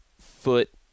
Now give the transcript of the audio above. foot